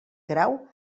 grau